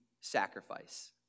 sacrifice